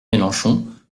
mélenchon